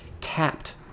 tapped